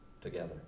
together